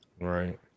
Right